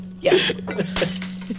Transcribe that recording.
Yes